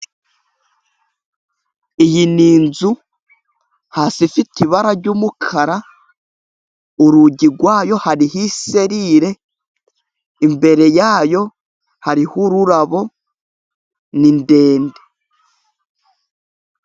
Iyi ni inzu, hasi ifite ibara ry'umukara, urugi rwa yo hariho iserire, imbere ya yo hariho ururabo, ni ndende.